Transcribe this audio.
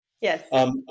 Yes